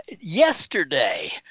Yesterday